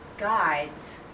guides